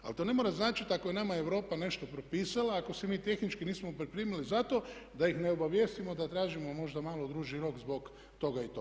Ali to ne mora značiti ako je nama Europa nešto propisala, ako se mi tehnički nismo pripremili zato da ih ne obavijestimo da tražimo možda malo duži rok zbog toga i toga.